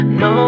no